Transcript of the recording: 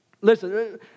listen